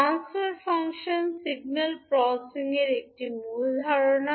transfer function signal প্রসেসিংয়ে একটি মূল ধারণা